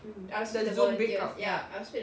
so the zoom break out lah